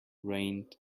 rained